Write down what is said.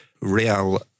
Real